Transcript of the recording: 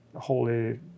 holy